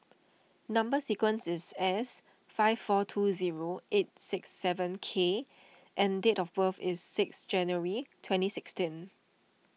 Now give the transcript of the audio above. Number Sequence is S five four two zero eight six seven K and date of birth is six January twenty sixteen